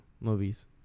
movies